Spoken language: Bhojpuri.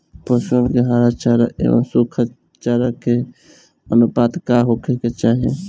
पशुअन के हरा चरा एंव सुखा चारा के अनुपात का होखे के चाही?